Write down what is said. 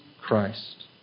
Christ